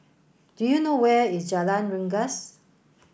do you know where is Jalan Rengas